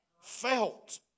felt